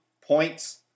points